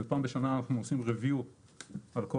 ופעם בשנה אנחנו עושים review על כל